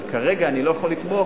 אבל כרגע אני לא יכול לתמוך,